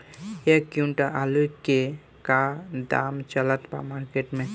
एक क्विंटल आलू के का दाम चलत बा मार्केट मे?